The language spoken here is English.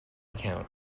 account